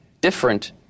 different